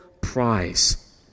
prize